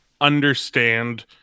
understand